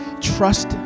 Trust